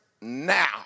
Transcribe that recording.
now